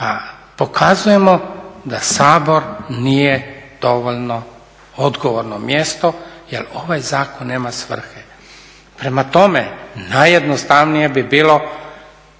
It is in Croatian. pa pokazujemo da Sabor nije dovoljno odgovorno mjesto jer ovaj zakon nema svrhe. Prema tome, najjednostavnije bi bilo